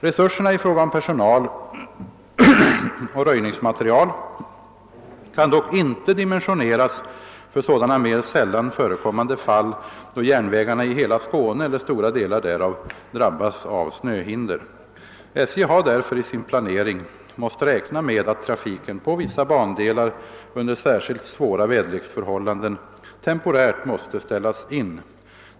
Resurserna i fråga om personal och röjningsmaterial kan dock inte dimensioneras för sådana mera sällan förekommande fall, då järnvägarna i hela Skåne eller stora delar därav drabbas av snöhinder. SJ har därför i sin planering måst räkna med att trafiken på vissa bandelar under särskilt svåra väderleksförhållanden temporärt måste ställas in.